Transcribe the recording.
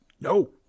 No